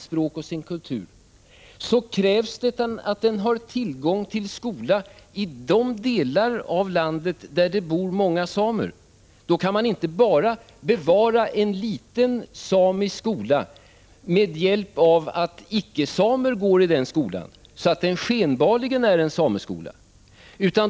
språk och sin kultur krävs det att den har tillgång till skola i de delar av landet där det bor många samer. Då kan man inte bevara en liten samisk skola med hjälp av att icke-samer går i den skolan, så att den skenbarligen är en sameskola.